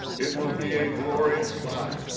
it will be a glorious, body,